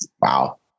Wow